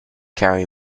carry